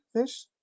Fish